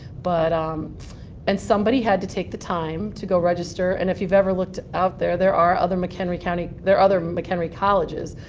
but um and somebody had to take the time to go register. and if you've ever looked out there, there are other mchenry county there are other mchenry colleges.